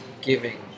giving